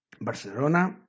Barcelona